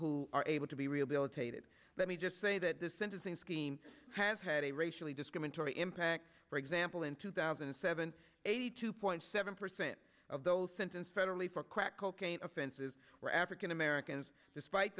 who are able to be rehabilitated let me just say that the sentencing scheme has had a racially discriminatory impact for example in two thousand and seven eighty two point seven percent of those sentence federally for crack cocaine fences were african americans despite